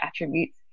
attributes